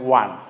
one